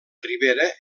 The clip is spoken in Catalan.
ribera